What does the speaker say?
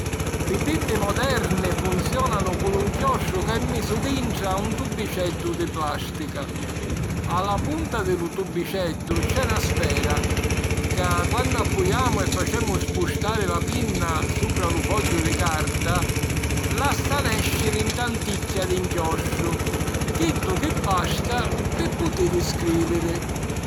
Li pinni moderni funziònanu cu lu nchiostru ca è misu dintra a un tubiceddu di plàstica. A la punta di lu tubiceddu c'è na sfera ca, quannu appujamu e facemu spustari la pinna supra lu fogghiu di carta, lassa nèsciri 'n tanticchia di nchiostru, chiddu chi basta pi putiri scrìviri.